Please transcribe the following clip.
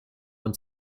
und